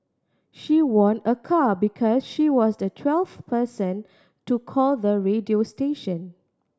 she won a car because she was the twelfth person to call the radio station